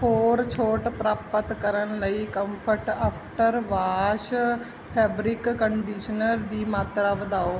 ਹੋਰ ਛੋਟ ਪ੍ਰਾਪਤ ਕਰਨ ਲਈ Comfort after wash fabric conditioner ਦੀ ਮਾਤਰਾ ਵਧਾਓ